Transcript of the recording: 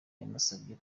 yanasabye